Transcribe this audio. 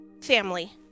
family